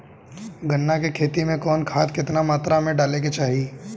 गन्ना के खेती में कवन खाद केतना मात्रा में डाले के चाही?